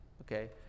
Okay